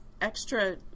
extra